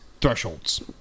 thresholds